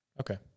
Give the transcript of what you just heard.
Okay